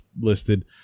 listed